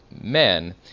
men